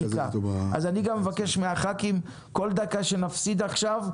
אז אני מבקש מהח"כים כל דקה שנפסיד עכשיו,